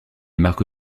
marque